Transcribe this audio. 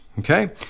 Okay